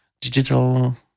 digital